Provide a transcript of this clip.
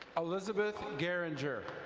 elizabeth garanger.